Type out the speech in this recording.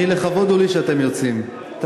לכבוד הוא לי שאתם יוצאים.